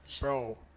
Bro